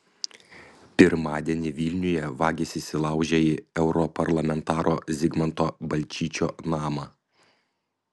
pirmadienį vilniuje vagys įsilaužė į europarlamentaro zigmanto balčyčio namą